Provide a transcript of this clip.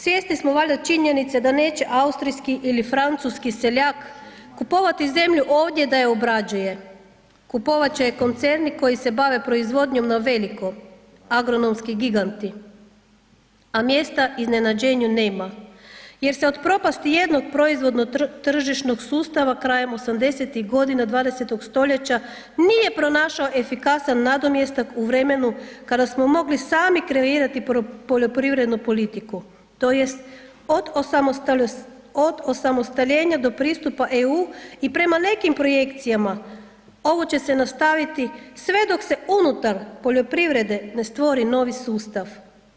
Svjesni smo valja činjenice da neće Austrijski ili Francuski seljak kupovati zemlju ovdje da je obrađuje, kupovat će je koncerni koji se bave proizvodnjom na veliko, agronomski giganti, a mjesta iznenađenju nema jer se od propasti jednog proizvodno-tržišnog sustava krajem '80.-tih godina 20. stoljeća nije pronašao efikasan nadomjestak u vremenu kada smo mogli sami kreirati poljoprivrednu politiku tj. od osamostaljenja do pristupa EU i prema nekim projekcijama ovo će se nastaviti sve dok se unutar poljoprivrede ne stvori novi sustav.